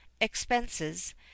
expenses